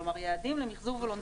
כלומר יעדים למיחזור וולונטרי.